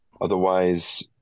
Otherwise